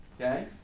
Okay